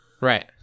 right